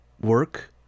work